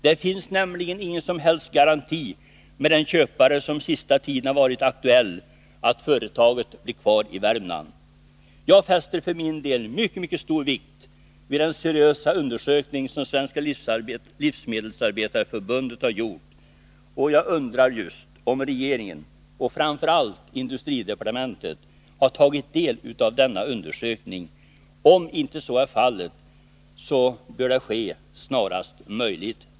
Det finns ingen som helst garanti, med den köpare som under den senaste tiden varit aktuell, för att företaget blir kvar i Värmland. Jag fäster för min del mycket stor vikt vid den seriösa undersökning som Svenska livsmedelarbetareförbundet har gjort, och jag undrar om regeringen — framför allt industridepartementet — har tagit del av denna undersökning. Om inte så är fallet bör det ske snarast möjligt.